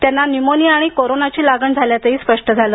त्यांना न्यूमोनिया आणि कोरोनाची लागण झाल्याचंही स्पष्ट झालं